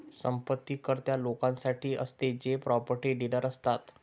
संपत्ती कर त्या लोकांसाठी असतो जे प्रॉपर्टी डीलर असतात